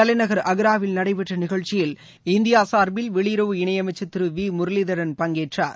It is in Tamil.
தலைநகர் அக்ராவில் நடைபெற்ற நிகழ்ச்சியில் இந்தியா சார்பில் வெளியுறவு இணையமைச்சர் திரு வி முரளீதரன் பங்கேற்றார்